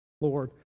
Lord